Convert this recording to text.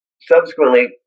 subsequently